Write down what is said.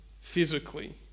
physically